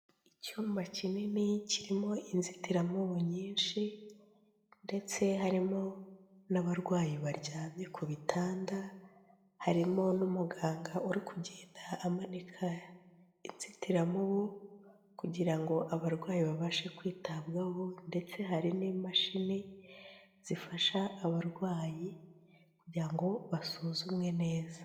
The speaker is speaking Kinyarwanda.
Icyuma kinini kirimo inzitiramubu nyinshi ndetse harimo n'abarwayi baryamye ku bitanda, harimo n'umuganga uri kugenda amanika inzitiramubu kugira ngo abarwayi babashe kwitabwaho ndetse hari n'imashini zifasha abarwayi kugira basuzumwe neza.